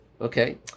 Okay